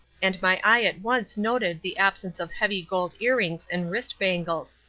and my eye at once noted the absence of heavy gold ear-rings and wrist-bangles.